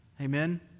Amen